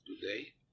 today